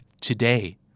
today